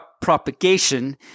propagation